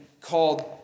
called